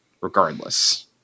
regardless